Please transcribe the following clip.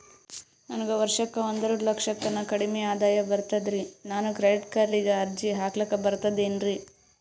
ನನಗ ವರ್ಷಕ್ಕ ಒಂದೆರಡು ಲಕ್ಷಕ್ಕನ ಕಡಿಮಿ ಆದಾಯ ಬರ್ತದ್ರಿ ನಾನು ಕ್ರೆಡಿಟ್ ಕಾರ್ಡೀಗ ಅರ್ಜಿ ಹಾಕ್ಲಕ ಬರ್ತದೇನ್ರಿ?